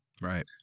Right